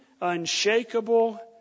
unshakable